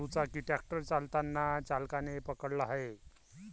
दुचाकी ट्रॅक्टर चालताना चालकाने पकडला आहे